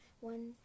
one